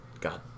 got